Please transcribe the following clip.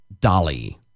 Dolly